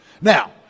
Now